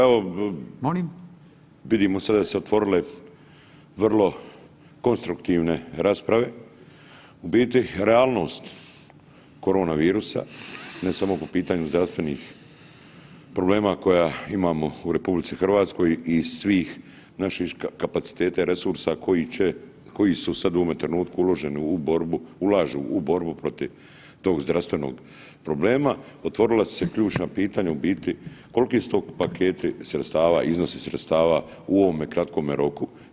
Evo vidimo sada da su se otvorile vrlo konstruktivne rasprave, u biti realnost korona virusa ne samo po pitanju zdravstvenih problema koje imamo u RH i svih naših kapaciteta i resursa koji će, koji su sad u ovome trenutku uloženi u borbu, ulažu u borbu protiv tog zdravstvenog problema, otvorila su se ključna pitanja u biti koliki su to paketi sredstava, iznosi sredstava u ovome kratkome roku.